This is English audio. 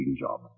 job